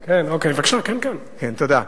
תודה.